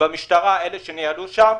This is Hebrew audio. במשטרה אלה שניהלו שם,